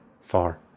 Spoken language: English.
far